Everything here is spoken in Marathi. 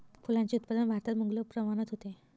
फुलांचे उत्पादन भारतात मुबलक प्रमाणात होते